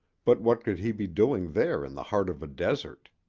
but what could he be doing there in the heart of a desert?